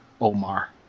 omar